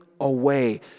away